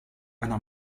einer